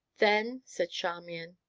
then, said charmian,